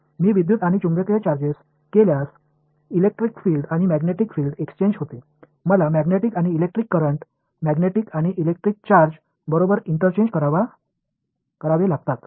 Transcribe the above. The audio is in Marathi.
मी विद्युत आणि चुंबकीय इंटरचेंज केल्यास इलेक्ट्रिक फील्ड आणि मॅग्नेटिक फील्ड एक्सचेंज होते मला मॅग्नेटिक आणि इलेक्ट्रिक करंट्स मॅग्नेटिक आणि इलेक्ट्रिक चार्ज बरोबर इंटरचेंज करावे लागतात